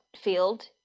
field